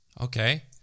okay